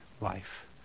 life